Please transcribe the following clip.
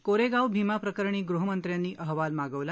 कोरेगाव भीमा प्रकरणी गृहमंत्र्यांनी अहवाल मागवला